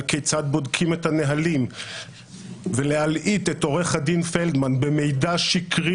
כיצד בודקים את הנהלים ולהלעיט את עו"ד פלדמן במידע שקרי,